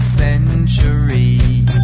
centuries